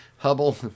Hubble